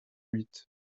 huit